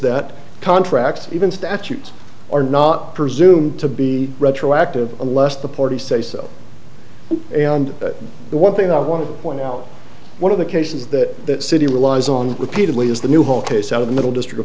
that contract even statutes are not presume to be retroactive unless the parties say so and the one thing i want to point out one of the cases that city relies on repeatedly is the new whole case out of the middle district